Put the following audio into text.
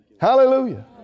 Hallelujah